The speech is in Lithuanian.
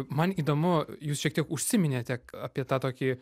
man įdomu jūs šiek tiek užsiminėte apie tą tokį